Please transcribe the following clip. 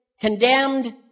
condemned